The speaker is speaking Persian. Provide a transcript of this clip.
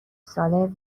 ساله